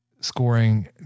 scoring